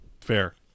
fair